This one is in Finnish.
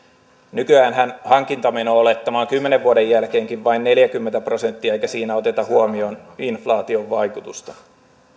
nykyäänhän hankintameno olettama on kymmenen vuoden jälkeenkin vain neljäkymmentä prosenttia eikä siinä oteta huomioon inflaatioon vaikutusta